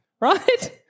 right